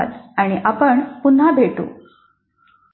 धन्यवाद आणि आपण पुन्हा भेटू